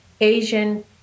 Asian